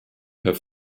per